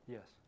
Yes